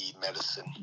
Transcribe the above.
Medicine